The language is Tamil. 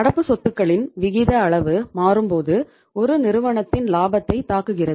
நடப்பு சொத்துகளின் விகித அளவு மாறும்போது ஒரு நிறுவனத்தின் லாபத்தை தாக்குகிறது